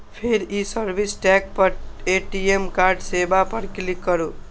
फेर ई service tab पर ए.टी.एम कार्ड सेवा पर क्लिक करू